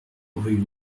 rue